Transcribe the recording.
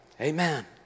Amen